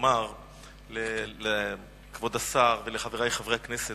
לומר לכבוד השר ולחברי חברי הכנסת,